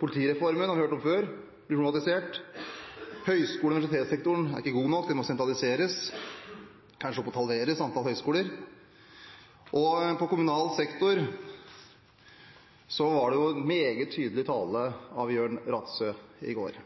Politireformen har vi hørt om før, den blir problematisert. Høyskole- og universitetssektoren er ikke god nok, den må sentraliseres – kanskje opp mot en halvering av antall høyskoler. Og i kommunal sektor var det jo meget tydelig tale fra Jørn Rattsø i går,